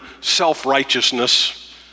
self-righteousness